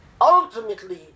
Ultimately